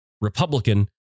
Republican